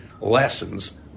lessons